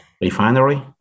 refinery